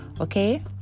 Okay